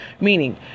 Meaning